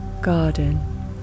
garden